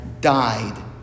died